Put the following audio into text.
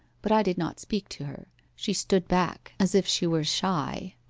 but i did not speak to her she stood back, as if she were shy.